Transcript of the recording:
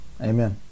Amen